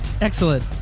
Excellent